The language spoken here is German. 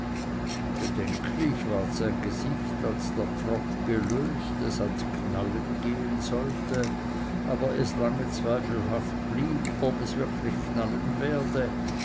bedenklich ward sein gesicht als der pfropf gelöst es ans knallen gehen sollte aber es lange zweifelhaft blieb ob es wirklich knallen werde